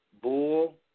Bull